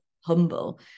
humble